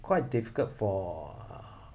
quite difficult for